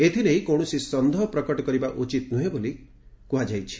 ଏଥିନେଇ କୌଣସି ସନ୍ଦେହ ପ୍ରକଟ କରିବା ଉଚିତ ନୁହେଁ ବୋଲି କୁହାଯାଇଛି